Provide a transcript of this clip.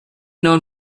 known